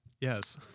yes